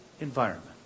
environment